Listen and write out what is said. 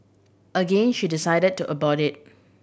again she decided to abort it